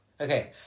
Okay